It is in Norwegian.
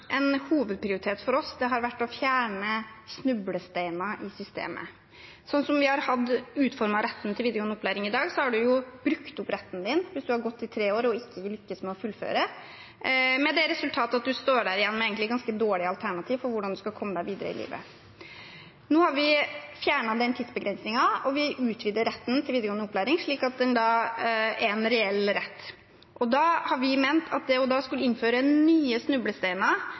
En hovedprioritet for oss har vært å fjerne snublesteiner i systemet. Slik som retten til videregående opplæring er utformet i dag, har man brukt opp retten sin hvis man har gått i tre år og ikke har lyktes med å fullføre, med det resultat at man egentlig står igjen med et ganske dårlig alternativ for hvordan man skal komme seg videre i livet. Nå har vi fjernet den tidsbegrensningen, og vi utvider retten til videregående opplæring slik at det er en reell rett. Da har vi ment at det å skulle innføre nye snublesteiner